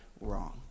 wrong